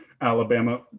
Alabama